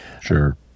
sure